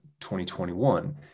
2021